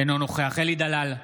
אינו נוכח אלי דלל,